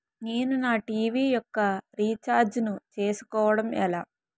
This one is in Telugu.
నేను నా టీ.వీ యెక్క రీఛార్జ్ ను చేసుకోవడం ఎలా?